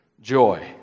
joy